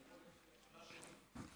לא שלי.